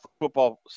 football